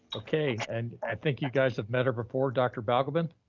okay. and i think you guys have met her before, dr. balgobin.